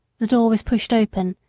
the door was pushed open,